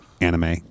anime